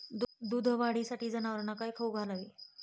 दूध वाढीसाठी जनावरांना काय खाऊ घालावे?